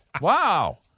Wow